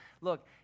look